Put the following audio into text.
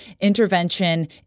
intervention